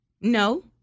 No